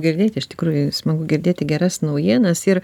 girdėti iš tikrųjų smagu girdėti geras naujienas ir